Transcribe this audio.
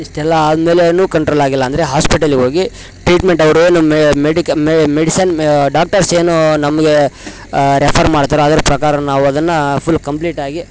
ಇಷ್ಟೆಲ್ಲ ಆದ್ಮೇಲೂ ಕಂಟ್ರೋಲ್ ಆಗಿಲ್ಲಾಂದರೆ ಹಾಸ್ಪೆಟಲಿಗೆ ಹೋಗಿ ಟ್ರೀಟ್ಮೆಂಟ್ ಅವರು ಏನು ಮೆಡಿಕ ಮೆಡಿಸನ್ ಡಾಕ್ಟರ್ಸ್ ಏನು ನಮಗೆ ರೆಫರ್ ಮಾಡ್ತಾರೊ ಅದ್ರ ಪ್ರಕಾರ ನಾವು ಅದನ್ನು ಫುಲ್ ಕಂಪ್ಲೀಟ್ ಆಗಿ